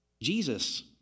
Jesus